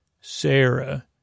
Sarah